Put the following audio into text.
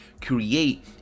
create